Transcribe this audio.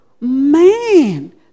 man